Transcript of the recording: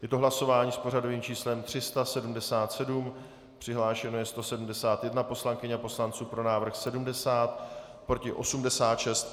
Je to hlasování s pořadovým číslem 377, přihlášeno je 171 poslankyň a poslanců, pro návrh 70, proti 86.